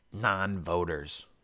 Non-voters